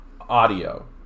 audio